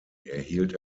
erhielt